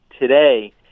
Today